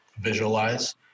visualize